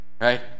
right